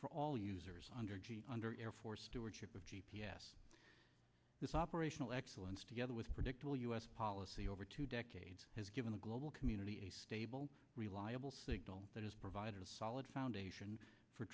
for all users under g under airforce stewardship of g p s this operational excellence together with predictable us policy over two decades has given the global community a stable reliable signal that has provided a solid foundation for